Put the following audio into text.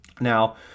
Now